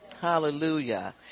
Hallelujah